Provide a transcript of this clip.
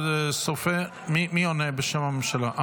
מי עונה בשם הממשלה?